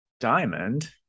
diamond